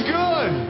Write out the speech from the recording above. good